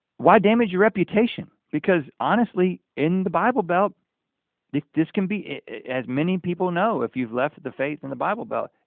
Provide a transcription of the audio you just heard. why damage your reputation because honestly, in the bible belt this can be as many people know, if you've left the faith and the bible belt.